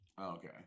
okay